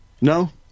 No